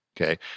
Okay